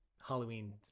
Halloween